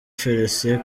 felicien